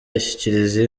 ashyikiriza